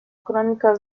crónica